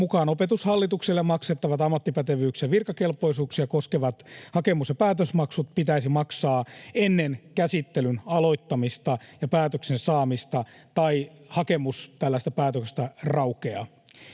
mukaan Opetushallitukselle maksettavat ammattipätevyyksiä ja virkakelpoisuuksia koskevat hakemus- ja päätösmaksut pitäisi maksaa ennen käsittelyn aloittamista ja päätöksen saamista, tai hakemus tällaisesta päätöksestä raukeaa.